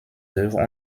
œuvres